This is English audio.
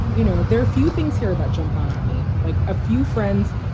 you know, there are few things here that jump out at me like a few friends,